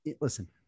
listen